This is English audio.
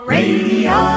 Radio